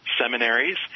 seminaries